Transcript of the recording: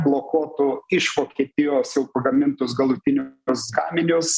neblokotų iš vokietijos jau pagamintus galutinius gaminius